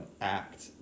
act